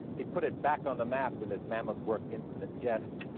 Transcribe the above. he put it back on the map with his mammoth work, infinite jest.